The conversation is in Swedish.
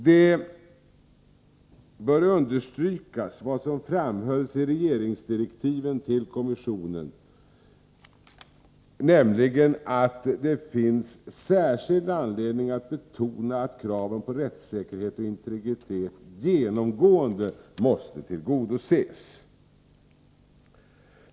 Det bör understrykas vad som framhölls i regeringsdirektiven till kommissionen, nämligen att ”det finns särskild anledning att betona att kraven på rättssäkerhet och integritet genomgående måste tillgodoses”.